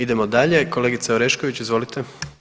Idemo dalje, kolegice Orešković, izvolite.